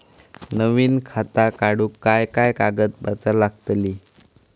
नवीन खाता काढूक काय काय कागदपत्रा लागतली?